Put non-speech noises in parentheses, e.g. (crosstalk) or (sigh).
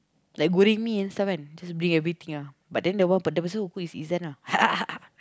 like goreng mi and stuff kan just bring everything ah but then the one w~ the person who cook is Izan ah (laughs)